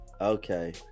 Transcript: Okay